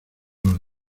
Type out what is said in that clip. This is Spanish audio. los